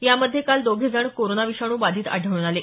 यामध्ये काल दोघे जण कोरोना विषाणू बाधित आढळून आले